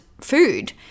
food